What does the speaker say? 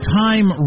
time